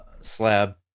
slab